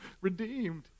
redeemed